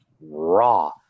raw